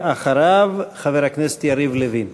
ואחריו, חבר הכנסת יריב לוין.